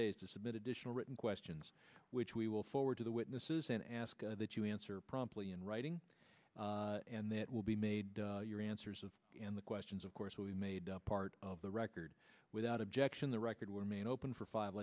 days to submit additional written questions which we will forward to the witnesses and ask that you answer promptly in writing and that will be made your answers of the questions of course we made part of the record without objection the record remain open for five